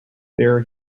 there